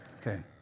Okay